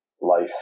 life